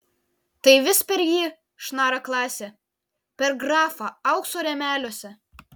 tai vis per jį šnara klasė per grafą aukso rėmeliuose